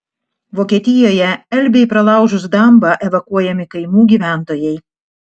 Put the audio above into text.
vokietijoje elbei pralaužus dambą evakuojami kaimų gyventojai